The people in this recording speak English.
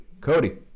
Cody